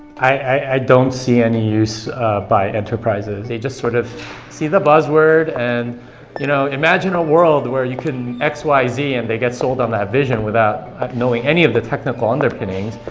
i don't see any use by enterprises. they just sort of see the buzz word and you know imagine a world where you can x y z and they get sold on that vision without knowing any of the technical underpinnings,